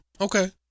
Okay